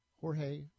Jorge